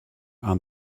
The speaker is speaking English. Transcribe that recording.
and